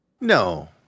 No